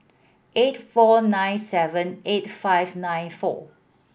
eight four nine seven eight five nine four